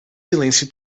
silêncio